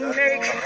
make